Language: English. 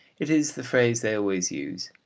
it is the phrase they always use,